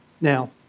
Now